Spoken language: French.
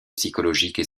psychologiques